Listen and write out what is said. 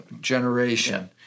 generation